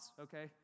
okay